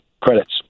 credits